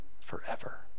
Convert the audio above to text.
forever